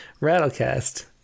Rattlecast